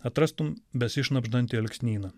atrastum besišnabždantį alksnyną